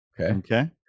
Okay